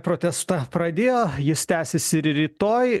protestą pradėjo jis tęsis ir rytoj